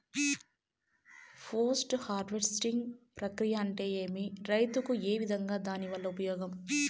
Post harvesting ప్రక్రియ అంటే ఏమి? రైతుకు ఏ విధంగా దాని వల్ల ఉపయోగం?